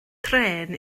trên